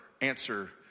answer